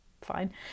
Fine